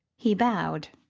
he bowed.